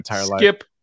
skip